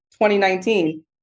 2019